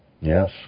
Yes